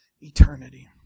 eternity